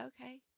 okay